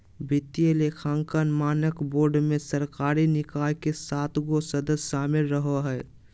वित्तीय लेखांकन मानक बोर्ड मे सरकारी निकाय के सात गो सदस्य शामिल रहो हय